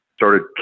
started